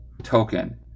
token